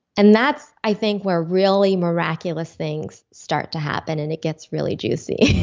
and that's i think where really miraculous things start to happen and it gets really juicy